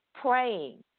praying